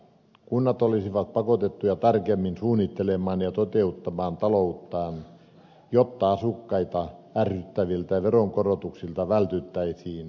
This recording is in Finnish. kunnat olisivat pakotettuja tarkemmin suunnittelemaan ja toteuttamaan talouttaan jotta asukkaita ärsyttäviltä veronkorotuksilta vältyttäisiin